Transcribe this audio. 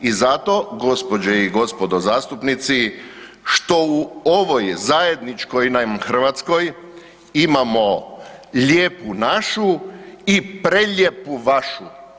I zato gospođe i gospodo zastupnici, što u ovoj zajedničkoj nam Hrvatskoj imamo „Lijepu našu“ i „Prelijepu vašu“